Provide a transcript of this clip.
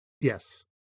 Yes